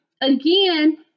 again